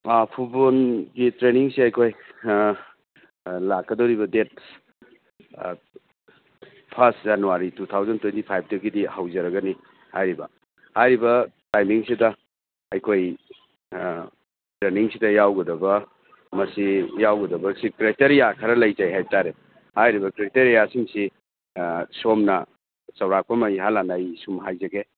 ꯑꯥ ꯐꯨꯠꯕꯣꯜꯒꯤ ꯇ꯭ꯔꯦꯅꯤꯡꯁꯤ ꯑꯩꯈꯣꯏ ꯂꯥꯛꯀꯗꯧꯔꯤꯕ date first January two thousand twenty ꯐꯥꯏꯚꯇꯒꯤꯗꯤ ꯍꯧꯖꯔꯒꯅꯤ ꯍꯥꯏꯔꯤꯕ ꯍꯥꯏꯔꯤꯕ ꯇꯥꯏꯃꯤꯡꯁꯤꯗ ꯑꯩꯈꯣꯏ ꯇ꯭ꯔꯦꯅꯤꯡꯁꯤꯗ ꯌꯥꯎꯒꯗꯕ ꯃꯁꯤ ꯌꯥꯎꯒꯗꯕꯁꯤ ꯀ꯭ꯔꯥꯏꯇꯦꯔꯤꯌꯥ ꯈꯔ ꯂꯩꯖꯩ ꯍꯥꯏ ꯇꯥꯔꯦ ꯍꯥꯏꯔꯤꯕ ꯀ꯭ꯔꯥꯏꯇꯦꯔꯤꯌꯥꯁꯤꯡꯁꯤ ꯁꯣꯝꯅ ꯆꯥꯎꯔꯥꯛꯄ ꯑꯃ ꯏꯍꯥꯟ ꯍꯥꯟꯅ ꯑꯩ ꯁꯨꯝ ꯍꯥꯏꯖꯒꯦ